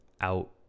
out